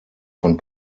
von